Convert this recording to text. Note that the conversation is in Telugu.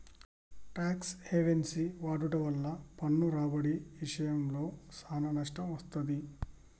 టాక్స్ హెవెన్సి వాడుట వల్ల పన్ను రాబడి ఇశయంలో సానా నష్టం వత్తది